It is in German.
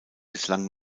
bislang